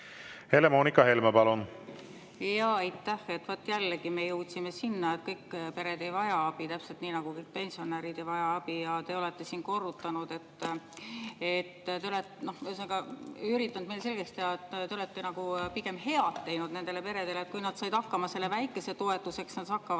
Helle-Moonika Helme, palun! Aitäh! Vaat jällegi me jõudsime sinna, et kõik pered ei vaja abi, täpselt nii nagu kõik pensionärid ei vaja abi. Te olete siin korrutanud ja üritanud meile selgeks teha, et te olete nagu pigem head teinud nendele peredele, et kui nad said hakkama selle väikese toetusega, siis nad saavad